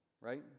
right